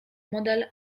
model